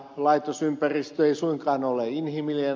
laitosympäristö ei suinkaan ole aina inhimillinen